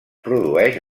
produeix